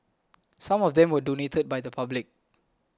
some of them were donated by the public